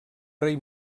rei